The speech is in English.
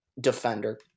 defender